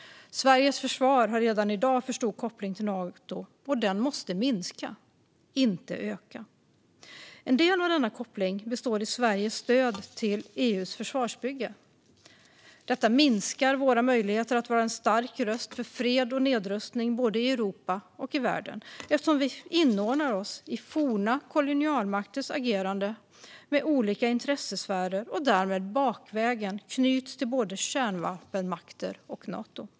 Sveriges försvar har redan i dag för stor koppling till Nato, och den måste minska, inte öka. En del av denna koppling består i Sveriges stöd till EU:s försvarsbygge. Detta minskar våra möjligheter att vara en stark röst för fred och nedrustning både i Europa och i världen eftersom vi inordnar oss i forna kolonialmakters agerande med olika intressesfärer och därmed bakvägen knyts till både kärnvapenmakter och Nato.